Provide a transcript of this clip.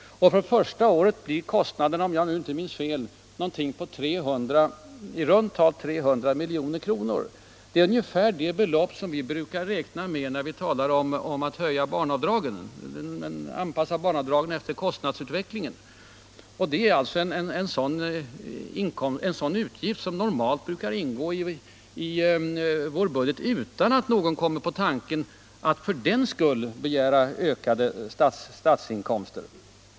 För första året blir kostnaden, om jag inte minns fel, i runt tal 300 milj.kr. Det är ungefär det belopp som vi brukar räkna med när vi talar om att höja barnbidragen eller anpassa dem efter kostnadsutvecklingen. Det är alltså en sådan utgift som normalt ingår i vår budget utan att någon kommer på tanken att för den skull begära ökade statsinkomster.